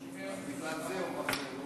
אז בגלל זה הוא חסר.